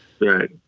right